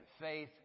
faith